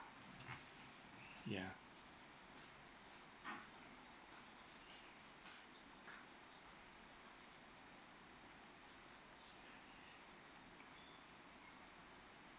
ya